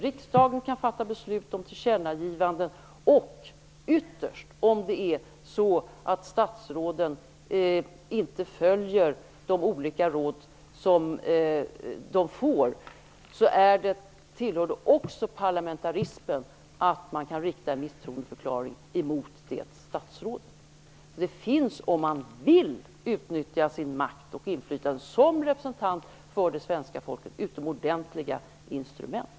Riksdagen kan fatta beslut om tillkännagivanden och ytterst - om det är så att statsråden inte följer de råd som de får - kan man rikta en misstroendeförklaring mot det statsrådet. Det tillhör också parlamentarismen. Om man vill utnyttja sin makt och sitt inflytande som representant för det svenska folket finns det utomordentliga instrument.